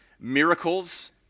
miracles